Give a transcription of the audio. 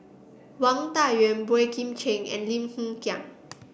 Wang Dayuan Boey Kim Cheng and Lim Hng Kiang